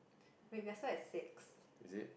wait we are still at six